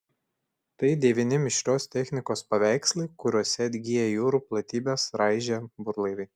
tai devyni mišrios technikos paveikslai kuriose atgyja jūrų platybes raižę burlaiviai